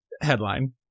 Headline